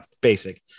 basic